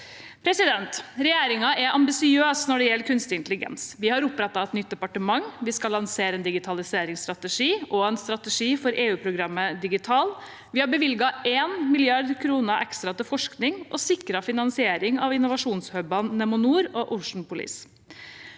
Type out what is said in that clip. intelligens. Regjeringen er ambisiøs når det gjelder kunstig intelligens. Vi har opprettet et nytt departement, og vi skal lansere en digitaliseringsstrategi og en strategi for EUprogrammet DIGITAL. Vi har også bevilget en milliard kroner ekstra til forskning og sikret finansiering av innovasjonshubene Nemonoor og Oceanopolis.